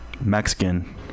Mexican